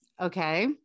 okay